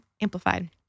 amplified